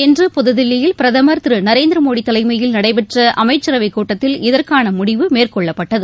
இன்று புதுதில்லியில் பிரதமர் திரு நரேந்திர மோடி தலைமையில் நடைபெற்ற அமைச்சரவைக் கூட்டத்தில் இதற்கான முடிவு மேற்கொள்ளப்பட்டது